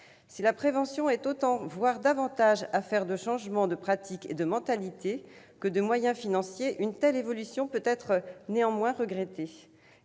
Si la prévention est autant, voire davantage, affaire de changements de pratiques et de mentalité que de moyens financiers, une telle évolution peut être néanmoins regrettée.